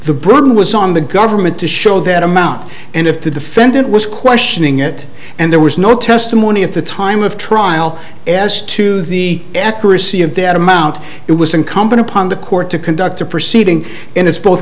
the burden was on the government to show that amount and if the defendant was questioning it and there was no testimony at the time of trial as to the accuracy of that amount it was incumbent upon the court to conduct the proceeding and as both